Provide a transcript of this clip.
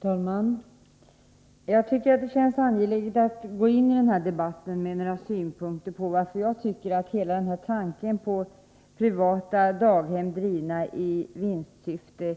Herr talman! Jag tycker att det känns angeläget att gå in i den här debatten med några synpunkter på varför jag tycker att hela den här tanken på privata daghem, drivna i vinstsyfte,